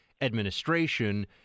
administration